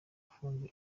gufunga